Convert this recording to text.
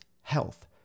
health